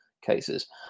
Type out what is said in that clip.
cases